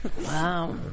Wow